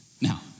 Now